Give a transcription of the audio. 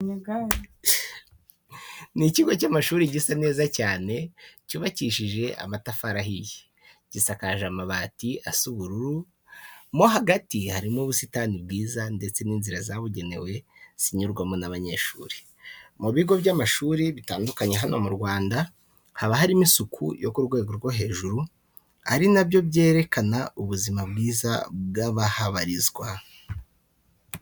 Ni ikigo cy'amashuri gisa neza cyane cyubakishije amatafari ahiye, gisakaje amabati asa ubururu. Mo hagati harimo ubusitani bwiza ndetse n'inzira zabugenewe zinyurwamo n'abanyeshuri. Mu bigo by'amashuri bitandulanye hano mu Rwanda haba harimo isuku yo ku rwego rwo hejuru, ari na byo byerekana ubuzima bwiza bw'abahabarizwa.